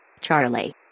Charlie